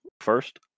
first